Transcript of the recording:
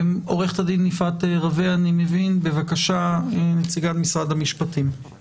עורכת הדין יפעת רווה, נציגת משרד המשפטים, בבקשה.